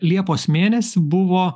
liepos mėnesį buvo